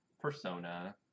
persona